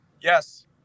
Yes